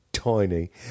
tiny